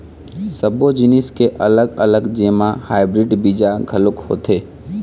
सब्बो जिनिस के अलग अलग जेमा हाइब्रिड बीजा घलोक होथे